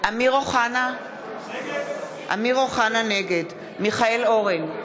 אמיר אוחנה, נגד מיכאל אורן,